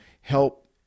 help